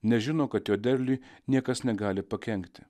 nes žino kad jo derliui niekas negali pakenkti